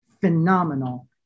phenomenal